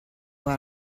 why